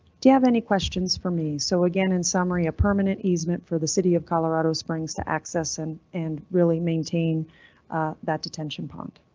do you have any questions for me? so again, in summary, a permanent easement for the city of colorado springs to access and and really maintain that detention pond.